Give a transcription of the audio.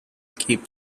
keep